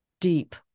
deep